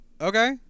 Okay